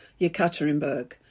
Yekaterinburg